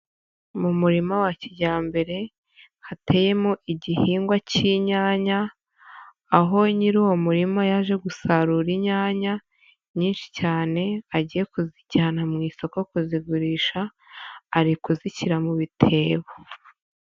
Mu murima wa kijyambere hateyemo igihingwa cy'inyanya aho nyir'uwo murima yaje gusarura inyanya nyinshi cyane agiye kuzijyana mu isoko kuzigurisha ari kuzishyira mu bitebo.